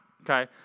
okay